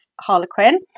Harlequin